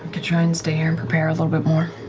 could try and stay here and prepare a little bit more.